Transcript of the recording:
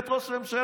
להיות ראש ממשלה.